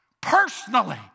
personally